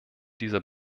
dieser